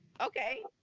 Okay